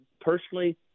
personally